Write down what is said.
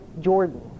Jordan